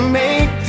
make